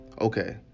Okay